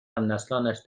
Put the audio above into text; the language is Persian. همنسلانش